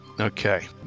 okay